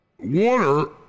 Water